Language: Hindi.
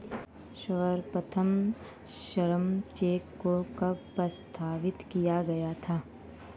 सर्वप्रथम श्रम चेक को कब प्रस्तावित किया गया था?